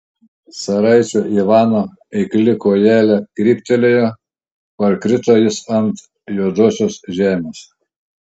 caraičio ivano eikli kojelė kryptelėjo parkrito jis ant juodosios žemės